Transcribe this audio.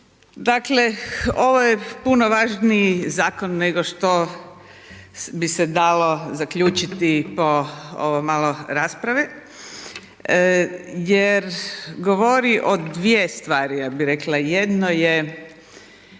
Dakle ovo je puno važniji zakon nego što bi se dalo zaključiti po ovo malo rasprave jer govori o dvije stvari, ja bih rekla. Jedno je